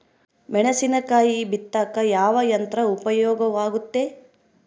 ಮೆಣಸಿನಕಾಯಿ ಬಿತ್ತಾಕ ಯಾವ ಯಂತ್ರ ಉಪಯೋಗವಾಗುತ್ತೆ?